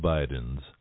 Biden's